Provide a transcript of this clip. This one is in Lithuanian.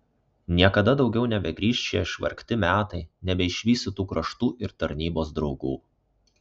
niekada daugiau nebegrįš šie išvargti metai nebeišvysi tų kraštų ir tarnybos draugų